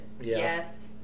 Yes